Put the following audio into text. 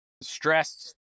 stress